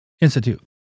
Institute